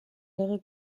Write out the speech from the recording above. lege